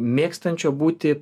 mėgstančio būti